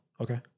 Okay